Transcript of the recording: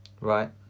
Right